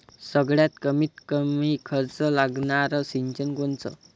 सगळ्यात कमीत कमी खर्च लागनारं सिंचन कोनचं?